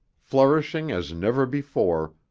flourishing as never before,